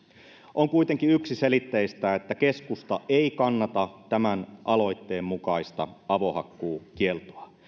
on kuitenkin yksiselitteistä että keskusta ei kannata tämän aloitteen mukaista avohakkuukieltoa